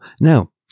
Now